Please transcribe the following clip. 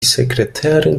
sekretärin